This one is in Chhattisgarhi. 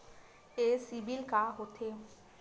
ये सीबिल का होथे?